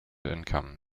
income